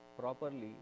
properly